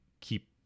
keep